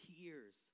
tears